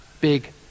Big